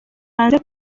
hanze